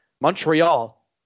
Montreal